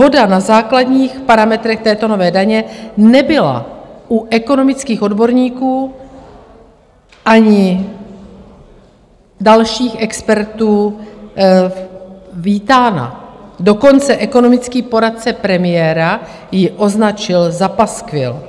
Shoda na základních parametrech této nové daně nebyla u ekonomických odborníků ani dalších expertů vítána, dokonce ekonomický poradce premiéra ji označil za paskvil.